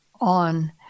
on